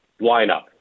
lineup